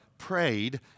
Prayed